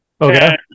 Okay